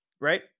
right